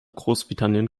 großbritannien